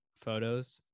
photos